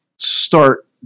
start